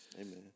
Amen